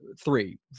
three